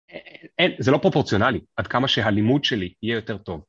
אין, זה לא פרופורציונלי, עד כמה שהלימוד שלי יהיה יותר טוב.